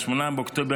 ב-8 באוקטובר,